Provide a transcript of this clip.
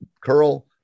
curl